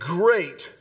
great